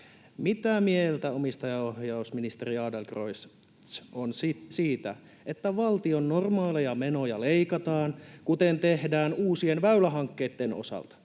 Mitä mieltä omistajaohjausministeri Adlercreutz on siitä, että valtion normaaleja menoja leikataan, kuten tehdään uusien väylähankkeitten osalta,